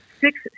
Six